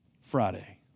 Friday